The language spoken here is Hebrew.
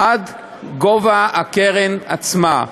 עד גובה הקרן עצמה.